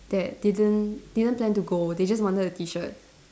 that didn't didn't plan to go they just wanted the T shirt